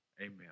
Amen